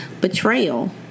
betrayal